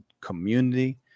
community